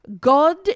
God